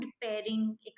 pairing